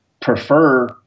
prefer